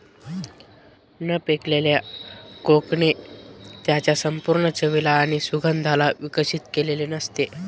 न पिकलेल्या कोकणे त्याच्या संपूर्ण चवीला आणि सुगंधाला विकसित केलेले नसते